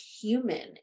human